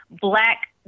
black